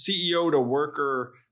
CEO-to-worker